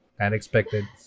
Unexpected